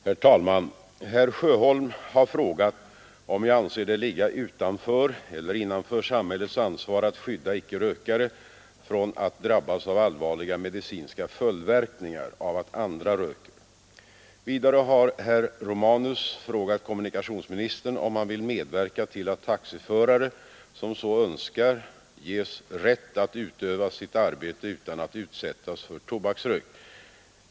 Herr talman! Herr Sjöholm har frågat om jag anser det ligga utanför eller innanför samhällets ansvar att skydda icke-rökare från att drabbas av allvarliga medicinska följdverkningar av att andra röker. Vidare har herr Romanus frågat kommunikationsministern om han vill medverka till att taxiförare som så önskar ges rätt att utöva sitt arbete utan att utsättas för tobaksrök.